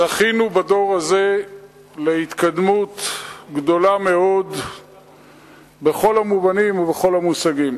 זכינו בדור הזה להתקדמות גדולה מאוד בכל המובנים ובכל המושגים.